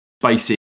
basic